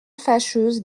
fâcheuse